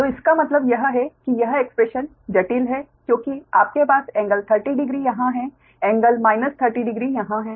तो इसका मतलब यह है कि यह एक्स्प्रेशन जटिल है क्योंकि आपके पास एंगल 30 डिग्री यहाँ है एंगल माइनस 30 डिग्री यहाँ है